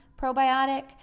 probiotic